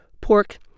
Pork